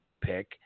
pick